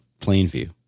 Plainview